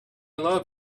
love